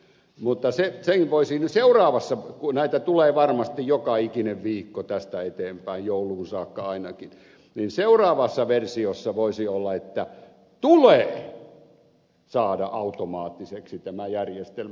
mutta kun näitä tulee varmasti joka ikinen viikko tästä eteenpäin jouluun saakka ainakin niin seuraavassa versiossa voisi olla että tulee saada automaattiseksi tämä järjestelmä